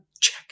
Check